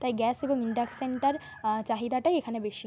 তাই গ্যাস এবং ইন্ডাকশানটার চাহিদাটাই এখানে বেশি